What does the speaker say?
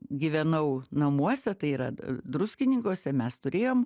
gyvenau namuose tai yra druskininkuose mes turėjom